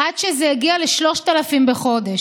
עד שזה הגיע ל-3,000 בחודש.